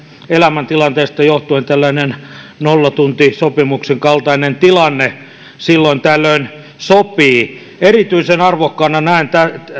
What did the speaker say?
elämäntilanteesta johtuen tällainen nollatuntisopimuksen kaltainen tilanne silloin tällöin sopii erityisen arvokkaana näen